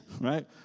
right